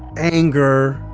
anger.